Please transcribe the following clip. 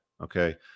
okay